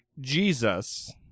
Jesus